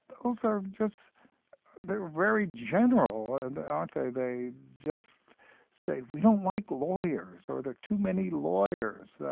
also just they're very general, and aren't they? they just say we don't like lawyers, or there are too many lawyers.